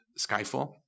Skyfall